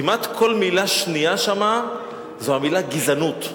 כמעט כל מלה שנייה שם זו המלה "גזענות",